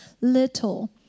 little